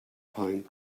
pine